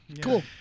Cool